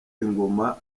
ingoma